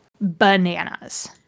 bananas